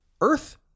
Earth